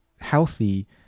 healthy